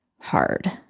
hard